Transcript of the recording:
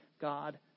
God